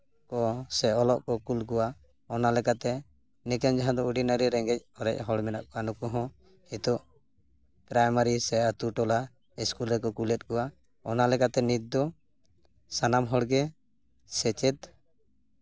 ᱠᱚᱣᱟ ᱥᱮ ᱚᱞᱚᱜ ᱠᱚ ᱠᱳᱞ ᱠᱚᱣᱟ ᱚᱱᱟ ᱞᱮᱠᱟᱛᱮ ᱱᱤᱛᱚᱜ ᱡᱟᱦᱟᱸ ᱫᱚ ᱚᱰᱤᱱᱟᱨᱤ ᱨᱮᱸᱜᱮᱡ ᱚᱨᱮᱡ ᱦᱚᱲ ᱢᱮᱱᱟᱜ ᱠᱚᱣᱟ ᱱᱩᱠᱩ ᱦᱚᱸ ᱱᱤᱛᱚᱜ ᱯᱨᱟᱭᱢᱟᱨᱤ ᱥᱮ ᱟᱹᱛᱩ ᱴᱚᱞᱟ ᱤᱥᱠᱩᱞ ᱨᱮᱠᱚ ᱠᱳᱞᱮᱫ ᱠᱚᱣᱟ ᱚᱱᱟ ᱞᱮᱠᱟᱛᱮ ᱱᱤᱛᱫᱚ ᱥᱟᱱᱟᱢ ᱦᱚᱲᱜᱮ ᱥᱮᱪᱮᱫ